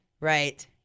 Right